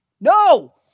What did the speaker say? No